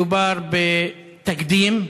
מדובר בתקדים,